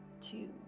two